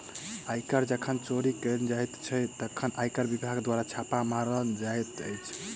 आयकर जखन चोरी कयल जाइत छै, तखन आयकर विभाग द्वारा छापा मारल जाइत अछि